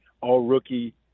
all-rookie